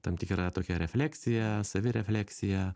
tam tikrą tokią refleksiją savirefleksiją